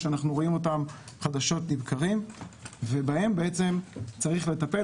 שאנחנו רואים חדשות לבקרים ושבהם צריך לטפל